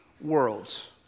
worlds